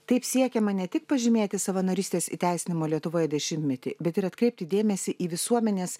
taip siekiama ne tik pažymėti savanorystės įteisinimo lietuvoje dešimtmetį bet ir atkreipti dėmesį į visuomenės